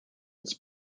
its